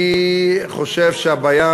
אני חושב שהבעיה